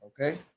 okay